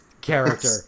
character